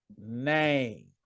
name